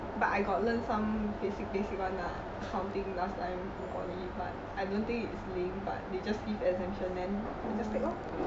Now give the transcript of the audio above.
but I got learn some basic basic [one] uh accounting last time in poly but I don't think it is linked but they just give exemption and then just take lor